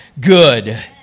good